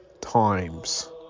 times